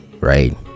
right